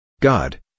God